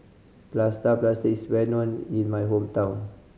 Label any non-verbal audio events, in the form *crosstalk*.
plaster *unintelligible* is well known in my hometown